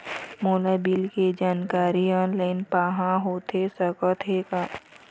मोला बिल के जानकारी ऑनलाइन पाहां होथे सकत हे का?